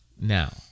Now